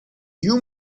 you